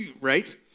right